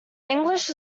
english